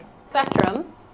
spectrum